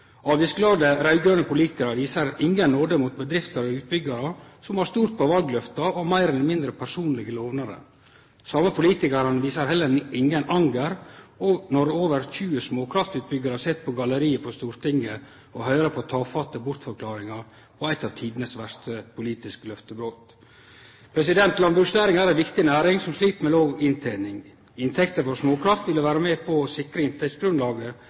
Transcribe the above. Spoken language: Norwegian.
av eit av tidenes verste politiske løftebrot. Landbruksnæringa er ei viktig næring som slit med låg inntening. Inntekter frå småkraft ville vere med på å sikre inntektsgrunnlaget